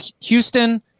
Houston